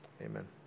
Amen